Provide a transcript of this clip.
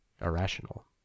Irrational